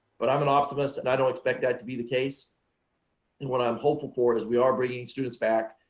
but i'm an optimist and i don't expect that to be the case and what i'm hopeful for is we are bringing students back,